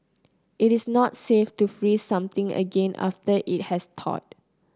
it is not safe to freeze something again after it has thawed